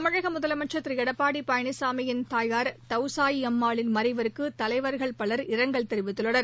தமிழக முதலமைச்சர் திரு எடப்பாடி பழனிசாமியின் தாயார் தவுசாயம்மாளின் மறைவுக்கு தலைவர்கள் பவர் இரங்கல் தெரிவித்துள்ளனர்